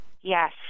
Yes